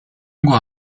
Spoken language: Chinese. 透过